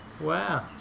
Wow